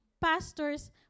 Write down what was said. pastors